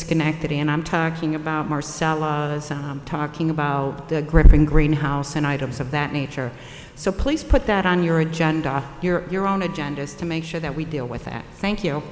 schenectady and i'm talking about marcella talking about the griffin green house and items of that nature so please put that on your agenda your your own agendas to make sure that we deal with that thank you